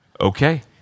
Okay